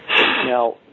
Now